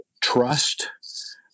trust